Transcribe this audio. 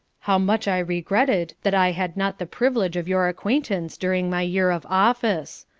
how much i regretted that i had not the privilege of your acquaintance during my year of office.